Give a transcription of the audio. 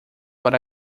para